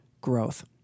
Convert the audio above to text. growth